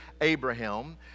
Abraham